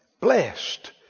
Blessed